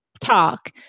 talk